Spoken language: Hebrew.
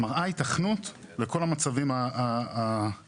מראה היתכנות לכל המצבים הבטיחותיים,